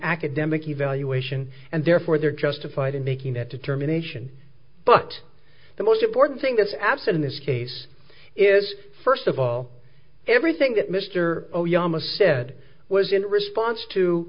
academic evaluation and therefore they are justified in making that determination but the most important thing this absent in this case is first of all everything that mr oh yum a said was in response to